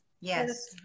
Yes